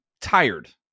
tired